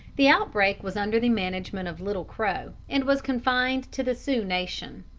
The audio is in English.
the outbreak was under the management of little crow, and was confined to the sioux nation.